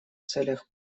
целях